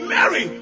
Mary